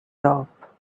top